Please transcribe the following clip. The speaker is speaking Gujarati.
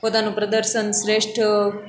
પોતાનું પ્રદર્શન શ્રેષ્ઠ